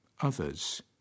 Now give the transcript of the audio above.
Others